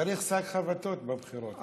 צריך שק חבטות בבחירות.